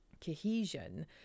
cohesion